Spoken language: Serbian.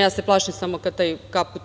Ja se plašim kada se taj kaput